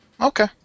Okay